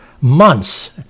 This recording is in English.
months